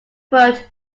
but